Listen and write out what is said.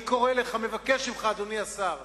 אני קורא לך, מבקש ממך, אדוני השר,